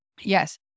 Yes